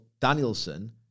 Danielson